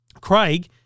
Craig